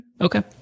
Okay